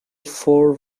four